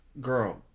Girl